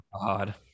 god